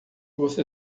você